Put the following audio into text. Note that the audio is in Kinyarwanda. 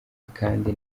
kandi